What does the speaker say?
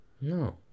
no